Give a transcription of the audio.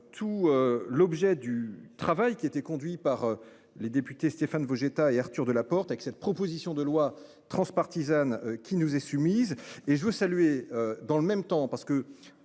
tout l'objet du travail qui était conduit par les députés. Stéphane Vojetta et Arthur Delaporte avec cette proposition de loi transpartisane qui nous est soumise et je veux saluer dans le même temps parce que